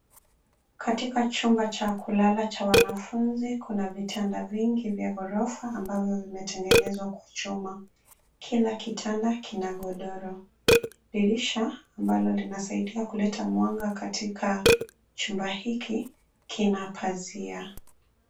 Katika chumba cha kulala cha wanafunzi kuna vitanda vingi vya ghorofa ambavyo vimetengenezwa kwa chuma. Kila kitanda kina godoro. Dirisha ambalo linasaidia kuleta mwanga katika chumba hiki, kina pazia.